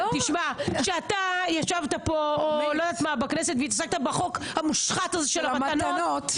כשאתה ישבת פה בכנסת והתעסקת בחוק המושחת הזה של המתנות,